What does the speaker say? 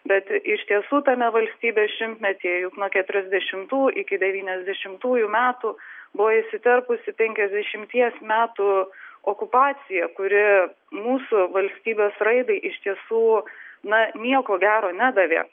bet iš tiesų tame valstybės šimtmetyje juk nuo keturiasdešimų iki devyniasdešimtųjų metų buvo įsiterpusi penkiasdešimties metų okupacija kuri mūsų valstybės raidai iš tiesų na nieko gero nedavė